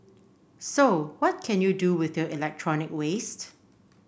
so what can you do with your electronic waste